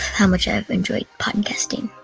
how much i've enjoyed podcasting.